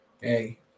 hey